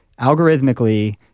algorithmically